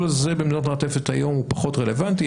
הזה ממדינות המעטפת היום הוא פחות רלוונטי,